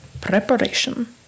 preparation